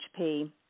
HP